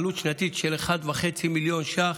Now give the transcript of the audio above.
בעלות שנתית של 1.5 מיליון ש"ח.